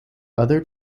other